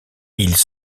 ils